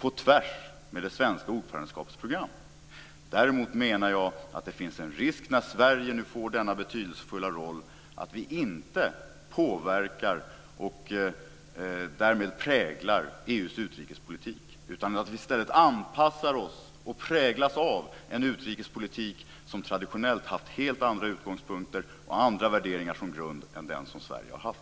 på tvärs med det svenska ordförandeskapets program. Däremot menar jag att det finns en risk, när Sverige nu får denna betydelsefulla roll, att vi inte påverkar och därmed präglar EU:s utrikespolitik utan att vi i stället anpassar oss och präglas av en utrikespolitik som traditionellt haft helt andra utgångspunkter och andra värderingar som grund än vad Sverige har haft.